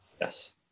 Yes